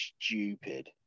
stupid